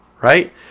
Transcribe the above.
right